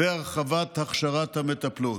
הרחבת הכשרת המטפלות.